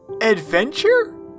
adventure